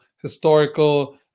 historical